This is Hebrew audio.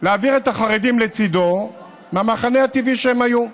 להעביר את החרדים לצידו מהמחנה הטבעי שהם היו בו.